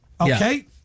okay